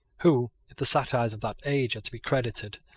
who, if the satires of that age are to be credited,